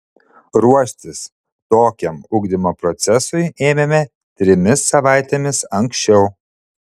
ruoštis tokiam ugdymo procesui ėmėme trimis savaitėmis anksčiau